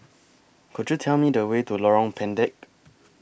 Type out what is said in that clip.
Could YOU Tell Me The Way to Lorong Pendek